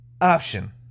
option